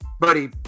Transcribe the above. buddy